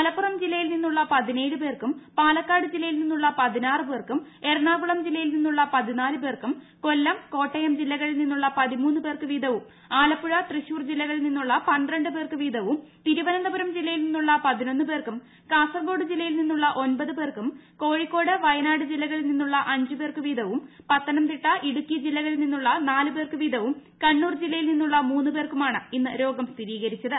മലപ്പുറം ജില്ലയിൽ നിന്നുള്ള പതിനേഴ് പേർക്കും പാലക്കാട് ജില്ലയിൽ നിന്നുള്ള പതിനാറ് പേർക്കും എറണാകുളം ജില്ലയിൽ നിന്നുള്ള പതിനാല് പേർക്കും കൊല്ലം കോട്ടയം ജില്ലകളിൽ നിന്നുള്ള പതിമൂന്ന് പേർക്ക് വീതവും ആലപ്പുഴ തൃശൂർ ജില്ലകളിൽ നിന്നുള്ള പന്ത്രണ്ട് പേർക്ക് വീതവും തിരുവനന്തപുരം ജില്ലയിൽ നിന്നുള്ള പതിനൊന്ന് പേർക്കും കാസർഗോഡ് ജില്ലയിൽ നിന്നുള്ള ഒമ്പത് പേർക്കും കോഴിക്കോട് വയനാട് ജില്ലകളിൽ നിന്നുള്ള അഞ്ച് പേർക്ക് വീതവും പത്തനംതിട്ട ഇടുക്കി ജില്ലകളിൽ നിന്നുള്ള നാല് പേർക്ക് വീതവും കണ്ണൂർ ജില്ലയിൽ നിന്നുള്ള മൂന്ന് പേർക്കു മാണ് ഇന്ന് രോഗം സ്ഥിരീകരിച്ചത്